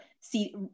See